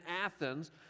Athens